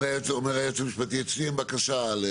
אומר היועץ המשפטי, אצלי אין בקשה.